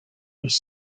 was